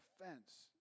offense